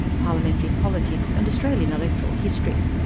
parliamentary politics, and australian electoral history.